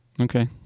okay